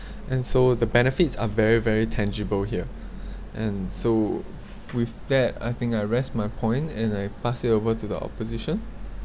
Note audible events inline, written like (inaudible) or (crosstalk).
(breath) and so the benefits are very very tangible here (breath) and so with that I think I rest my point and I pass it over to the opposition